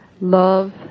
love